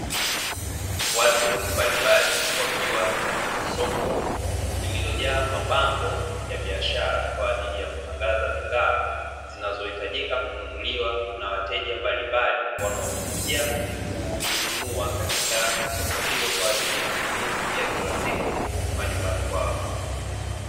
Watu mbalimbali wakiwa katika soko lililojaa mabango ya biashara, kwaajili ya kutangaza bidhaa zinazohitajika kununuliwa na wateja mbalimbali, wanaokuja kunumua katika soko hilo kwaajili ya matumizi ya kila siku majumbani mwao.